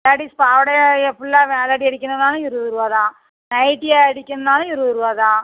ladies பாவாடை இது ஃபுல்லாக மேலடி அடிக்கணும்னாலும் இருபது ரூபா தான் நைட்டியாக அடிக்கிறதுன்னாலும் இருபது ரூபா தான்